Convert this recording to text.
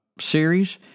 series